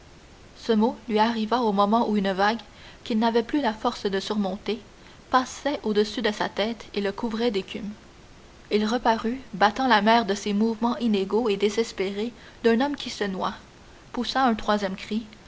le mot lui arriva au moment où une vague qu'il n'avait plus la force de surmonter passait au-dessus de sa tête et le couvrait d'écume il reparut battant la mer de ces mouvements inégaux et désespérés d'un homme qui se noie poussa un troisième